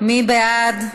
מי בעד?